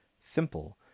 simple